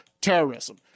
terrorism